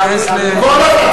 אני שמעתי אותה.